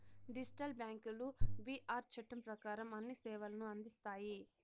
digital బ్యాంకులు B R చట్టం ప్రకారం అన్ని సేవలను అందిస్తాయి